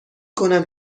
کنم